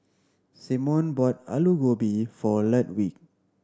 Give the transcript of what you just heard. Simone bought Alu Gobi for Ludwig